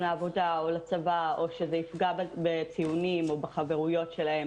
לעבודה או לצבא או שזה יפגע בציונים או בחברויות שלהם